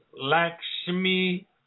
Lakshmi